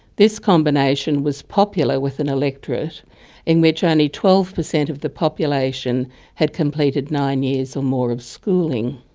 this combination was popular with an electorate in which only twelve per cent of the population had completed nine years or more of schooling.